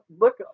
look